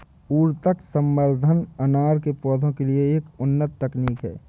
ऊतक संवर्धन अनार के पौधों के लिए एक उन्नत तकनीक है